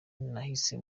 nahise